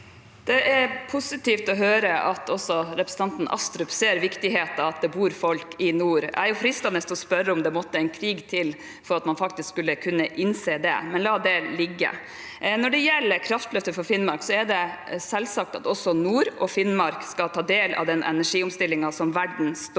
Det er po- sitivt å høre at også representanten Astrup ser viktigheten av at det bor folk i nord. Det er fristende å spørre om det måtte en krig til for at man faktisk skulle innse det, men jeg lar det ligge. Når det gjelder kraftløftet for Finnmark, er det selvsagt at også nord og Finnmark skal ta del i den energiomstillingen som verden står i.